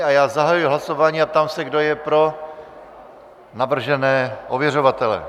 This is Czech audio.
A já zahajuji hlasování, a ptám se, kdo je pro navržené ověřovatele.